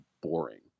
boring